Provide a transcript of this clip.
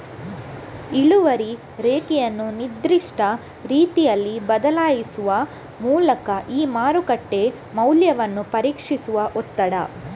ಇಳುವರಿ ರೇಖೆಯನ್ನು ನಿರ್ದಿಷ್ಟ ರೀತಿಯಲ್ಲಿ ಬದಲಾಯಿಸುವ ಮೂಲಕ ಈ ಮಾರುಕಟ್ಟೆ ಮೌಲ್ಯವನ್ನು ಪರೀಕ್ಷಿಸುವ ಒತ್ತಡ